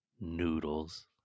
noodles